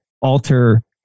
alter